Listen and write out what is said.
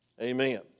amen